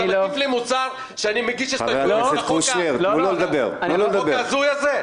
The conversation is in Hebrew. אתה מטיף לי מוסר שאני מגיש הסתייגויות על החוק הזוי הזה?